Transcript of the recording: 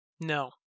No